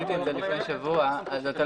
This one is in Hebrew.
אגב,